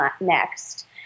next